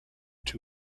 two